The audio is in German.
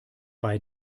bei